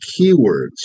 keywords